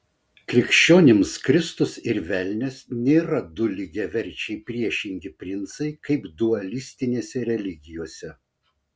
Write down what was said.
krikščionims kristus ir velnias nėra du lygiaverčiai priešingi princai kaip dualistinėse religijose